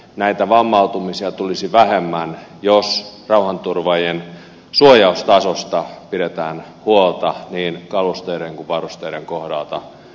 näitä vammautumisia tulisi vähemmän jos rauhanturvaajien suojaustasosta pidetään huolta niin kalusteiden kuin varusteidenkin kohdalta